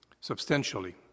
substantially